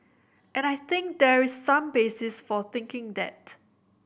and I think there is some basis for thinking that